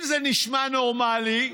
אם זה נשמע נורמלי,